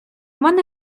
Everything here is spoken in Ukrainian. мене